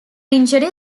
injury